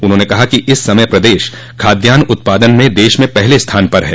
उन्होंने कहा कि इस समय प्रदेश खाद्यान्न उत्पादन में देश में पहले स्थान पर है